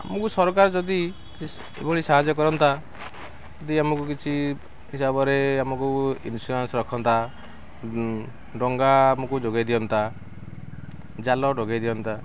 ଆମକୁ ସରକାର ଯଦି ଏଭଳି ସାହାଯ୍ୟ କରନ୍ତା ଯଦି ଆମକୁ କିଛି ହିସାବରେ ଆମକୁ ଇନ୍ସୁରାନ୍ସ ରଖନ୍ତା ଡଙ୍ଗା ଆମକୁ ଯୋଗେଇ ଦିଅନ୍ତା ଜାଲ ଯୋଗେଇ ଦିଅନ୍ତା